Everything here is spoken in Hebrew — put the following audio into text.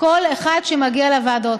כל אחד שמגיע לוועדות.